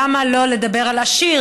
למה לא לדבר על עשיר?